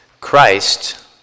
Christ